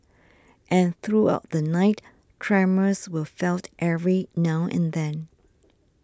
and throughout the night tremors were felt every now and then